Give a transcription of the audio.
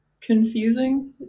confusing